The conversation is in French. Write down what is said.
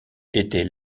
était